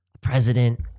president